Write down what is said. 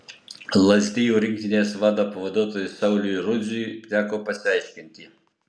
lazdijų rinktinės vado pavaduotojui stasiui rudziui teko pasiaiškinti